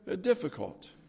difficult